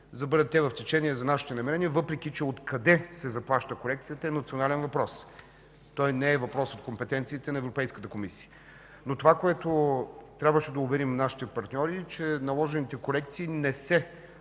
да бъдат те в течение за нашите намерения, въпреки че откъде се заплаща корекцията, е национален въпрос. Той не е въпрос от компетенцията на Европейската комисия. Това, в което трябваше да уверим нашите партньори, е, че наложените корекции не се